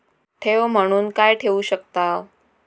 ठेव म्हणून काय ठेवू शकताव?